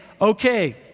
okay